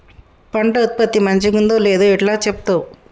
పంట ఉత్పత్తి మంచిగుందో లేదో ఎట్లా చెప్తవ్?